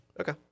Okay